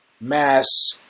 mass